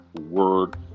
word